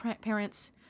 parents